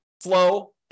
flow